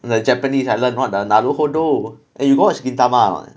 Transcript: the japanese I learned what the naruhodo eh you watch gintama or not